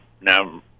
now